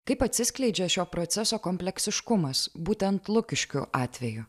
kaip atsiskleidžia šio proceso kompleksiškumas būtent lukiškių atveju